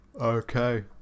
Okay